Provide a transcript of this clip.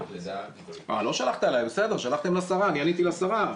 אה, לא שלחתם אליי, שלחתם לשרה, אני עניתי לשרה.